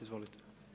Izvolite.